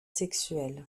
sexuels